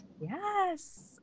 yes